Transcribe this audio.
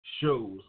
shows